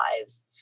lives